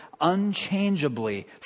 unchangeably